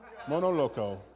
Monoloco